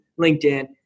LinkedIn